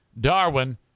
Darwin